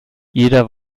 jeder